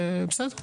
בסדר,